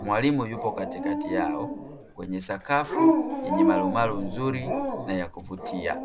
Mwalimu yupo katikati yao. Kwenye sakafu yenye marumaru nzuri na ya kuvutia.